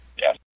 Yes